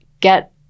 get